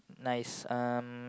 nice um